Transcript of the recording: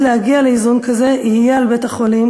כדי להגיע לאיזון כזה יהיה על בית-החולים